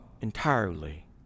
entirely